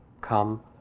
come